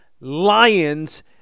Lions